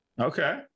Okay